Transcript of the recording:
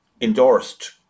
endorsed